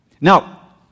Now